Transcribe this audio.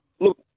look